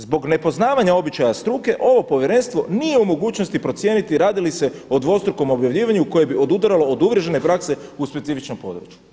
Zbog nepoznavanja običaja struke ovo Povjerenstvo nije u mogućnosti procijeniti radi li se o dvostrukom objavljivanju koje bi odudaralo od uvriježene prakse u specifičnom području.